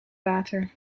water